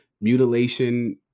mutilation